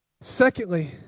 Secondly